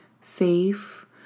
safe